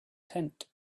tent